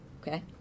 Okay